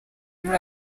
muri